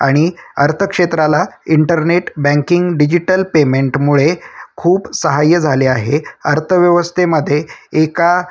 आणि अर्थक्षेत्राला internet banking digital पेमेंटमुळे खूप सहाय्य झाले आहे अर्थव्यवस्थेमध्ये एका